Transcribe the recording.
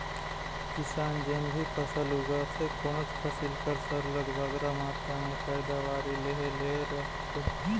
किसान जेन भी फसल उगाथे कोनोच फसिल कर सरलग बगरा मातरा में पएदावारी लेहे ले रहथे